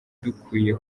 dukwiye